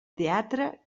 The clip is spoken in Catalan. teatre